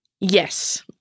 Yes